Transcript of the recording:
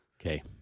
Okay